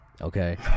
okay